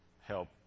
help